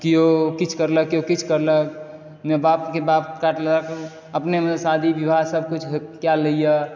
केओ किछु करलक केओ किछु करलक नहि बापके बात मानलक अपने मोने शादी बिबाह सब कुछ कए लैया